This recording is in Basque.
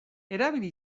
erabili